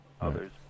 Others